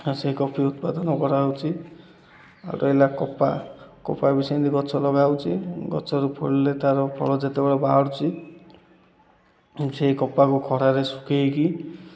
ସେଇ କଫି ଉତ୍ପାଦନ କରାହେଉଛି ଆଉ ହେଲା କପା କପା ବି ସେମିତି ଗଛ ଲଗାଉଛି ଗଛରୁ ଫଳିଲେ ତାର ଫଳ ଯେତେବେଳେ ବାହାରୁଛି ସେଇ କପାକୁ ଖରାରେ ଶୁଖାଇକି